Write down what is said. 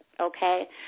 okay